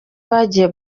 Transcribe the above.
bagiye